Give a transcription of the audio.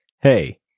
Hey